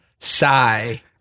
sigh